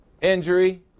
injury